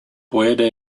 pojede